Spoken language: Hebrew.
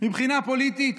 מבחינה פוליטית